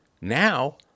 Now